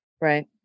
right